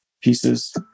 pieces